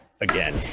again